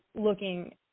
looking